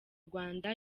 rwanda